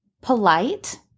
polite